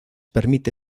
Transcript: permite